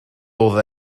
oedd